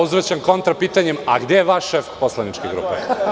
Uzvraćam kontrapitanjem – a gde je vaš šef poslaničke grupe?